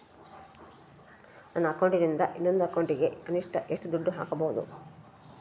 ನನ್ನ ಅಕೌಂಟಿಂದ ಇನ್ನೊಂದು ಅಕೌಂಟಿಗೆ ಕನಿಷ್ಟ ಎಷ್ಟು ದುಡ್ಡು ಹಾಕಬಹುದು?